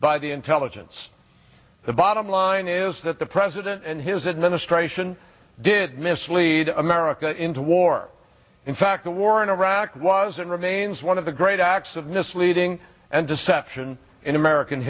by the intelligence the bottom line is that the president and his administration did mislead america into war in fact the war in iraq was and remains one of the great acts of misleading and deception in american